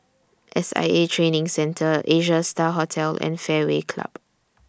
S I A Training Centre Asia STAR Hotel and Fairway Club